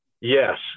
Yes